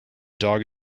dog